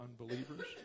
unbelievers